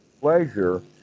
pleasure